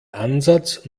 ansatz